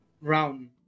round